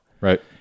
right